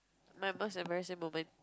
my most embarrassing moment